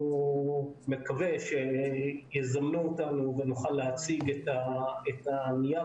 נקווה שיזמנו אותנו ונוכל להציג את הנייר